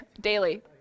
daily